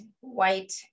white